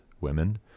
women